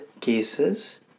cases